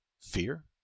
fear